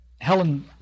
Helen